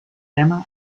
tema